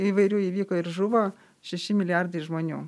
įvairių įvyko ir žuvo šeši milijardai žmonių